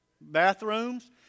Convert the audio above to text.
Bathrooms